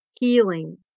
healing